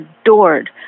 adored